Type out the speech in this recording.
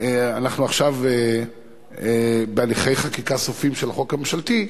אנחנו עכשיו בהליכי חקיקה סופיים של החוק הממשלתי,